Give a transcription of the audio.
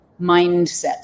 mindset